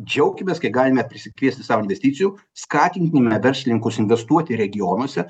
džiaukimės kai galime prisikviesti sau investicijų skatinkime verslininkus investuoti regionuose